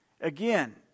Again